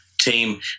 team